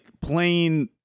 plain